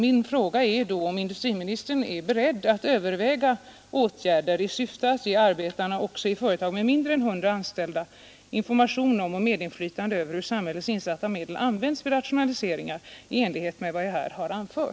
Min fråga är då, om industriministern är beredd att överväga åtgärder i syfte att ge arbetarna också i företag med mindre än insatta medel används vid rationaliseringar i enlighet med vad jag här har